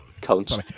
counts